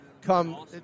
come